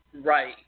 Right